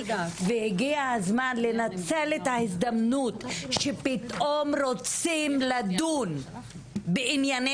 והגיע הזמן לנצל את ההזדמנות שפתאום רוצים לדון בענייני